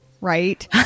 right